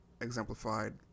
exemplified